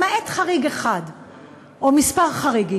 המשפחה הזאת,